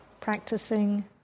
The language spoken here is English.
practicing